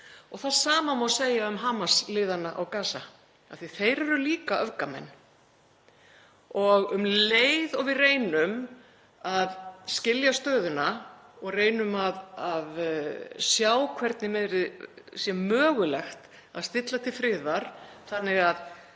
Og það sama má segja um Hamas-liðana á Gaza, af því að þeir eru líka öfgamenn. Og um leið og við reynum að skilja stöðuna og reynum að sjá hvernig það er mögulegt að stilla til friðar þannig að